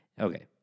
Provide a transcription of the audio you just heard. Okay